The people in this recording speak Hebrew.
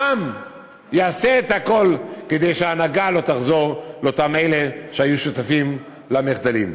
העם יעשה את הכול כדי שההנהגה לא תחזור לאותם אלה שהיו שותפים למחדלים.